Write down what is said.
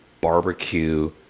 barbecue